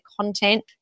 content